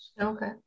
Okay